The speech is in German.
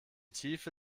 tiefe